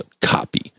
copy